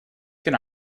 can